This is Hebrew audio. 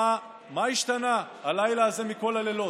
מה השתנה הלילה הזה מכל הלילות?